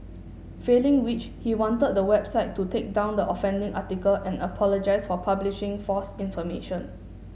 failing which he wanted the website to take down the offending article and apologise for publishing false information